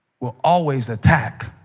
will always attack